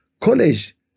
college